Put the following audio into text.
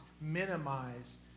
minimize